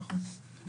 נכון.